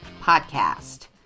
Podcast